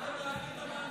כבר דאגתם להביא את